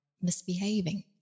misbehaving